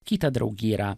kita draugija yra